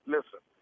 Listen